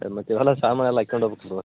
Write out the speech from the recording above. ಏಯ್ ಮತ್ತೆ ಇವೆಲ್ಲ ಸಾಮಾನೆಲ್ಲ ಹಾಕ್ಯಂಡ್ ಹೋಬಕ್ ಇವು